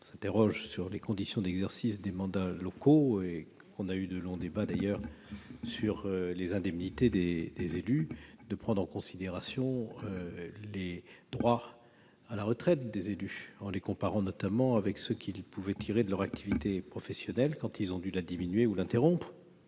on s'interroge sur les conditions d'exercice des mandats locaux- nous avons eu de longs débats sur les indemnités des élus -, de se pencher sur les droits à la retraite des élus, en les comparant notamment avec ceux qu'ils auraient pu retirer de l'activité professionnelle qu'ils ont dû diminuer ou interrompre.